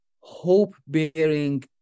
hope-bearing